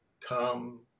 come